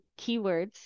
keywords